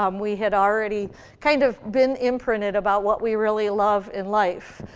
um we had already kind of been imprinted about what we really love in life.